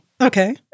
Okay